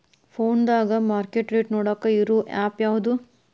ಫೋನದಾಗ market rate ನೋಡಾಕ್ ಇರು ಆ್ಯಪ್ ಯಾವದು?